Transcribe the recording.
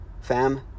fam